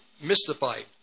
mystified